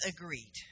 agreed